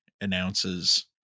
announces